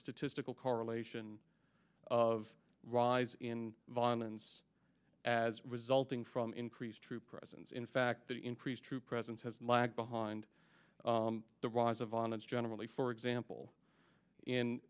statistical correlation of rise in violence as resulting from increased troop presence in fact the increased troop presence has lagged behind the rise of violence generally for example in